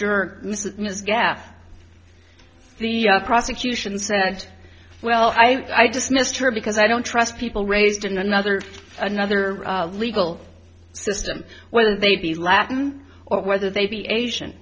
gaffe the prosecution said well i just missed her because i don't trust people raised in another another legal system whether they be latin or whether they be asian